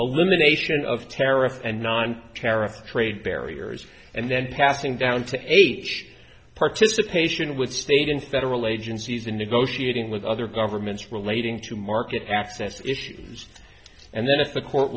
a limitation of tariff and nontariff trade barriers and then passing down to h participation with state and federal agencies and negotiating with other governments relating to market access issues and then if the court